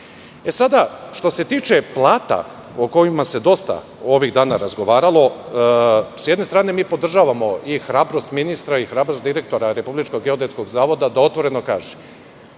u Srbiji. Što se tiče plata o kojima se dosta ovih dana razgovaralo, s jedne strane mi podržavamo i hrabrost ministra i hrabrost direktora Republičkog geodetskog zavoda da otvoreno kaže